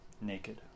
Naked